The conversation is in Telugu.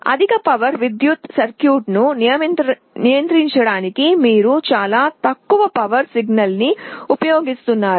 అధిక పవర్ విద్యుత్ సర్క్యూట్ను నియంత్రించడానికి మీరు చాలా తక్కువ పవర్ సిగ్నల్ని ఉపయోగిస్తున్నారు